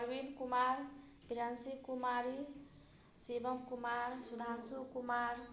Parveen Kumar Priyanshi Kumari Shivam Kumar Sudhanshu Kumar